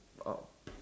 oh